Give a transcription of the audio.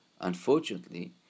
Unfortunately